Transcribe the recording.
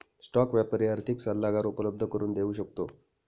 stock व्यापारी आर्थिक सल्लागार उपलब्ध करून देऊ शकतो